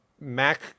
Mac